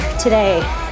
today